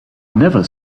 never